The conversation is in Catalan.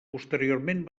posteriorment